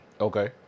Okay